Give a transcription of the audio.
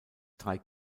drei